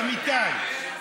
אמיתי.